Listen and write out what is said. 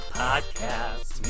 podcast